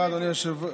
71 בעד, אין מתנגדים,